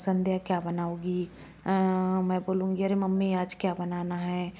संध्या क्या बनाओगी मैं बोलूंगी अरे मम्मी आज क्या बनाना हैं